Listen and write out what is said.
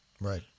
right